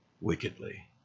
wickedly